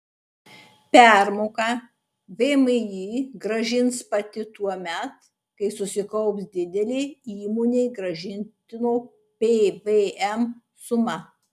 permoką vmi grąžins pati tuomet kai susikaups didelė įmonei grąžintino pvm suma